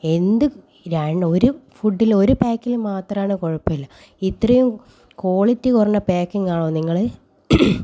എന്ത് ഞാൻ ഒരു ഫുഡിൽ ഒരു പാക്കിൽ മാത്രമാണേൽ കുഴപ്പമില്ല ഇത്രയും ക്വാളിറ്റി കുറഞ്ഞ പാക്കിങ് ആണോ നിങ്ങളെ